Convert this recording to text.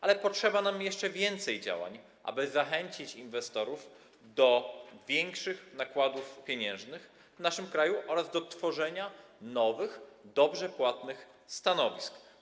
Ale potrzeba jeszcze więcej działań, aby zachęcić inwestorów do większych nakładów pieniężnych w naszym kraju oraz do tworzenia nowych, dobrze płatnych stanowisk.